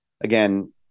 Again